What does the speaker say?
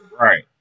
right